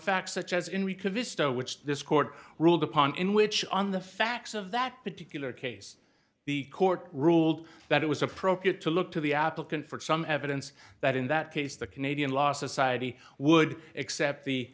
visto which this court ruled upon in which on the facts of that particular case the court ruled that it was appropriate to look to the applicant for some evidence that in that case the canadian law society would accept the